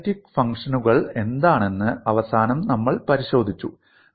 analytic ഫംഗ്ഷനുകൾ എന്താണെന്ന് അവസാനം നമ്മൾ പരിശോധിച്ചു